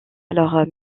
alors